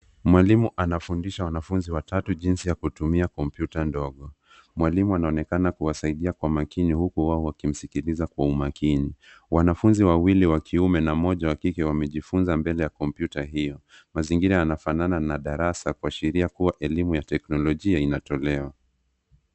Mwalimu anafundisha wanafunzi watatu jinsi ya kutumia kompyuta ndogo. Mwalimu anaonekana kuwasaidia kwa makini huku wao wakimsikiliza kwa umakini. Wanafunzi wawili wa kiume na mmoja wa kike wamejifunza mbele ya kompyuta hio. Mazingira yanafanana na darasa kuashiria kuwa elimu ya teknolojia inatolewa.